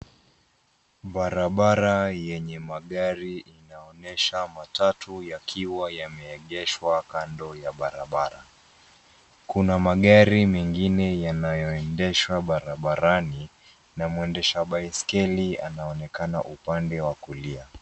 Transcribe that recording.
Barabara yenye magari inaonyesha matatu yakiwa yameegeshwa kando ya barabara. Kuna magari mengine yanayoendeshwa barabarani na mwendesha basikeli anaonekana upande wa kulia.